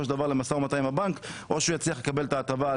של דבר להגיע למשא ומתן מול הבנק ואז או שהוא יצליח לקבל את ההטבה,